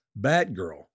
Batgirl